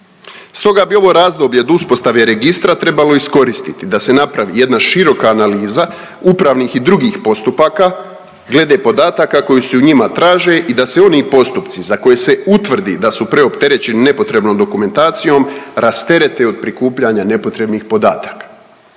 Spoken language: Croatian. Stoga bi ovo razdoblje od uspostave registra trebalo iskoristiti da se napravi jedna široka analiza upravnih i drugih postupaka glede podataka koji se u njima traže i da se oni postupci za koje se utvrdi da su preopterećeni nepotrebnom dokumentacijom rasterete od prikupljanja nepotrebnih podataka.